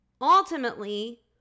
ultimately